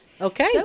okay